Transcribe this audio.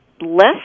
less